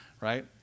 Right